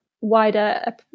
wider